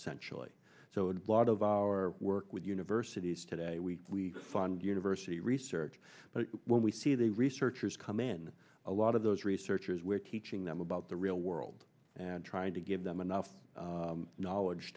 essentially so a lot of our work with universities today we fund university research but when we see the researchers come in a lot of those researchers were teaching them about the real world and trying to give them enough knowledge